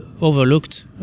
overlooked